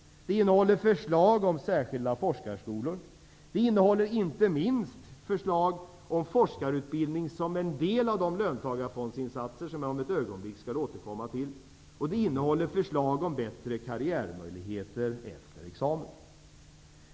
Det innehåller förslag om särskilda forskarskolor. Inte minst innehåller det förslag om forskarutbildning som en del av de löntagarfondsinsatser som jag om ett ögonblick skall återkomma till. Det innehåller också förslag om bättre karriärmöjligheter efter examen.